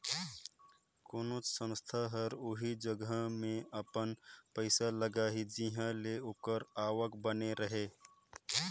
कोनोच संस्था हर ओही जगहा में अपन पइसा लगाही जिंहा ले ओकर आवक बने रहें